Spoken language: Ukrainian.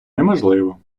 неможливо